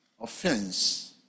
offense